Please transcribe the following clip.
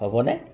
হ'বনে